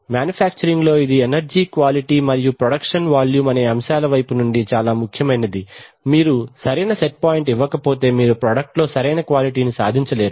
manufacturing లో ఇది energy quality మరియు ప్రొడక్షన్ వాల్యూమ్ అనే అంశాల వైపు నుండి చాలా ముఖ్యమైనది మీరు సరైన సెట్ పాయింట్ ఇవ్వకపోతే మీరు ప్రాడక్ట్ లో సరైన క్వాలిటీ సాధించలేరు